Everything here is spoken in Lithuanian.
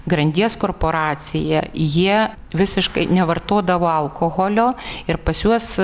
grandies korporacija jie visiškai nevartodavo alkoholio ir pas juos